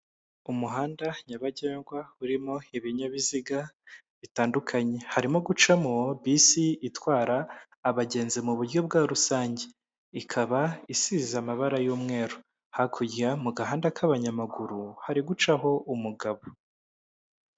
Umuhanda nyabagendwa urimo ibinyabiziga bitandukanye, harimo gucamo bisi itwara abagenzi mu buryo bwa rusange, ikaba isize amabara y'umweru, hakurya mu gahanda k'abanyamaguru hari gucamo umugabo.